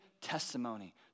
testimony